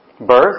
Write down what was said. Birth